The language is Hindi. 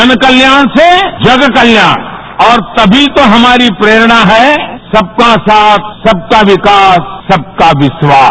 जन कल्याण से जग कल्याण और तभी तो हमारी प्रेरणा है सबका साथ सबका विकास सबका विश्वास